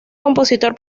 compositor